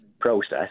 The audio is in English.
process